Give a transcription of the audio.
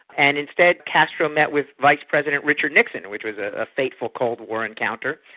and instead castro met with vice president richard nixon, which was a ah fateful cold war encounter.